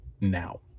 now